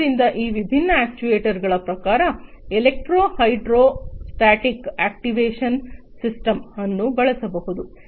ಆದ್ದರಿಂದ ಈ ವಿಭಿನ್ನ ಅಕ್ಚುಯೆಟರ್ಸ್ಗಳ ಪ್ರಕಾರ ಎಲೆಕ್ಟ್ರೋ ಹೈಡ್ರೋಸ್ಟಾಟಿಕ್ ಆಕ್ಟಿವೇಷನ್ ಸಿಸ್ಟಮ್ ಅನ್ನು ಬಳಸಬಹುದು